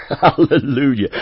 Hallelujah